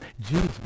Jesus